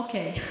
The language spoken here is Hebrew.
אוקיי.